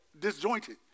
disjointed